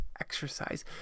exercise